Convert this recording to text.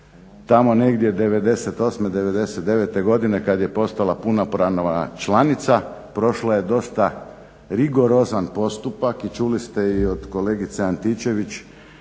tamo negdje '98., '99. godine kada je postala punopravna članica prošla je dosta rigorozan postupak i čuli ste od kolegice Antičević